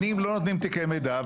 שנים לא נותנים תיקי מידע,